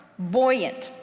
buoyant,